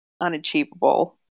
unachievable